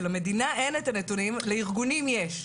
שלמדינה אין את הנתונים ולארגונים יש.